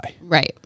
Right